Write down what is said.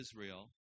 Israel